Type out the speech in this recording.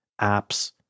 apps